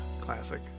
Classic